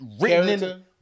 written